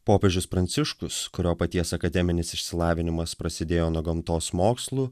popiežius pranciškus kurio paties akademinis išsilavinimas prasidėjo nuo gamtos mokslų